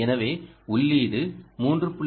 எனவே உள்ளீடு 3